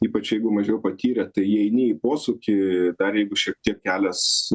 ypač jeigu mažiau patyrę tai įeini į posūkį dar jeigu šiek tiek kelias